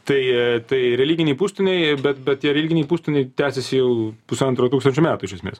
tai tai religiniai pustoniai bet bet tie religiniai pustoniai tęsiasi jau pusantro tūkstančio metų iš esmės